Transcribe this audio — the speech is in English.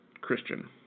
Christian